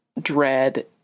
dread